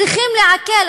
צריכים לעכל,